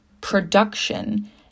production